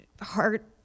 Heart